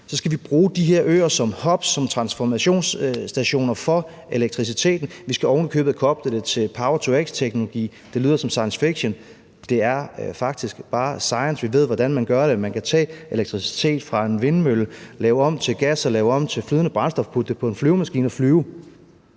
Vi skal bruge de her øer som hubs, som transformationsstationer for elektriciteten, og vi skal ovenikøbet koble det til power-to-x-teknologi. Det lyder som science fiction, men det er faktisk bare science. Vi ved, hvordan man gør det. Man kan tage elektricitet fra en vindmølle, bruge den til at lave gas og lave det om til flydende brændstof og putte det på en flyvemaskine og flyve.